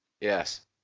Yes